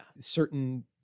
certain